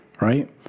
right